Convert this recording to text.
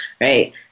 right